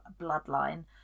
bloodline